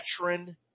veteran